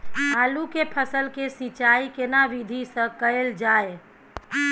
आलू के फसल के सिंचाई केना विधी स कैल जाए?